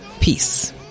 Peace